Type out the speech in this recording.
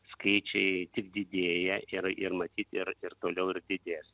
skaičiai tik didėja ir ir matyt ir ir toliau ir didės